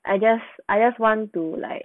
I guess I just want to like